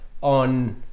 on